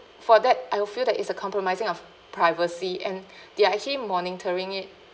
for that I'll feel that it's a compromising of privacy and they are actually monitoring it